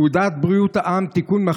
הוא פקודת בריאות העם (תיקון,